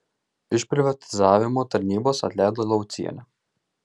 iš privatizavimo tarnybos atleido laucienę